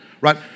Right